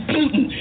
Putin